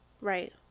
right